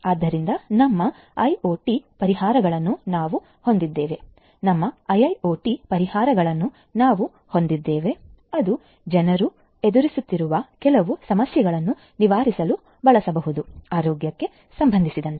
ಆದ್ದರಿಂದ ನಮ್ಮ ಐಒಟಿ ಪರಿಹಾರಗಳನ್ನು ನಾವು ಹೊಂದಿದ್ದೇವೆ ನಮ್ಮ ಐಐಒಟಿ ಪರಿಹಾರಗಳನ್ನು ನಾವು ಹೊಂದಿದ್ದೇವೆ ಅದುಜನರು ಎದುರಿಸುತ್ತಿರುವ ಕೆಲವು ಸಮಸ್ಯೆಗಳನ್ನು ನಿವಾರಿಸಲು ಬಳಸಬಹುದು ಆರೋಗ್ಯಕ್ಕೆ ಸಂಬಂಧಿಸಿದಂತೆ